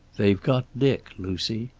they've got dick, lucy,